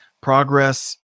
progress